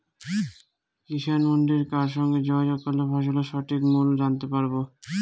কিষান মান্ডির কার সঙ্গে যোগাযোগ করলে ফসলের সঠিক মূল্য জানতে পারবো?